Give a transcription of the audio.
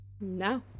No